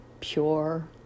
pure